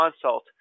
consult